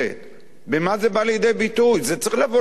במה זה בא לידי ביטוי?